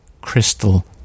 crystal